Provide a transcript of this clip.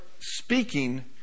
speaking